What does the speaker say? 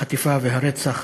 החטיפה והרצח